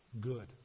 good